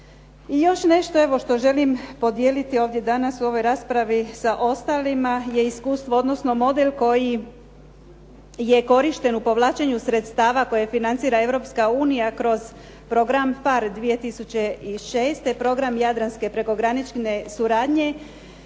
još nešto što želim ovdje podijeliti danas u ovoj raspravi sa ostalima je iskustvo odnosno model koji je korišten u povlačenju sredstava koje financira Europska unija kroz program PHARE 2006., program jadranske prekogranične suradnje